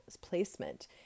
placement